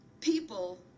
people